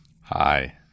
hi